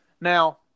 Now